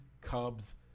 cubs